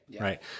right